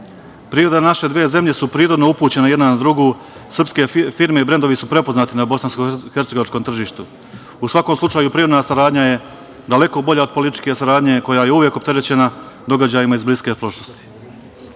naše dve zemlje su prirodno upućene jedna na drugu. Srpske firme i brendovi su prepoznati na bosansko-hercegovačkom tržištu. U svakom slučaju, privredna saradnja je daleko bolja od političke saradnje, koja je uvek opterećena događajima iz bliske prošlosti. Srbija